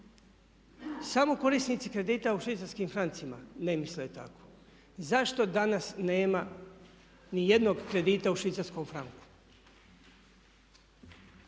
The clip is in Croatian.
Samo korisnici krediti u švicarskim francima ne misle tako. Zašto danas nema niti jednog kredita u švicarskom franku?